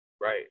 right